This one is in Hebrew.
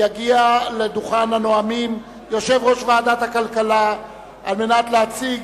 יגיע לדוכן הנואמים יושב-ראש ועדת הכלכלה להציג